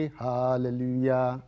hallelujah